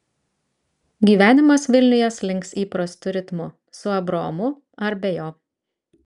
gyvenimas vilniuje slinks įprastu ritmu su abraomu ar be jo